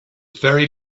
very